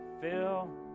fill